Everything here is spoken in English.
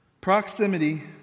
proximity